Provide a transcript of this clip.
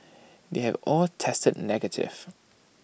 they have all tested negative